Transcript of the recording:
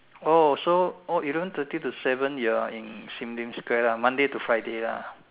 oh so oh eleven thirty to seven you are in Sim Lim Square lah Monday to Friday lah